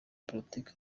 politiki